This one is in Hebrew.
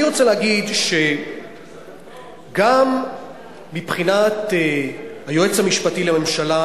אני רוצה להגיד שגם מבחינת היועץ המשפטי לממשלה,